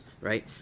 right